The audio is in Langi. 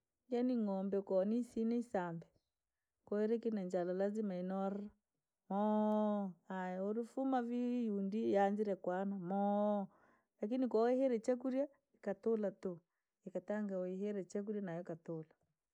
Yaari ng'oombe koo ni isiina isambe, koowire kire na njala lazima inonire aya ulufuma vii undii yandile kwana lakini kooihire chakurya ikatula tuu, ikatanga wohile chakurya na ikatuu.